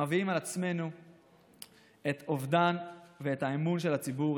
מביאים על עצמנו את אובדן האמון של הציבור,